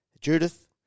Judith